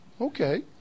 Okay